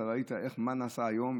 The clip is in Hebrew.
אתה ראית מה נעשה היום,